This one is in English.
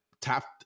tapped